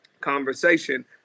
conversation